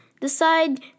decide